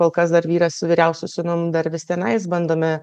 kol kas dar vyras su vyriausiu sūnum dar vis tenais jis bandome